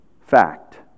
fact